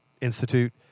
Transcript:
institute